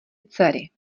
dcery